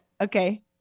okay